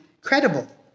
credible